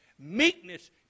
meekness